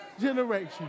generation